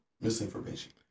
Misinformation